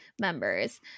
members